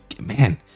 man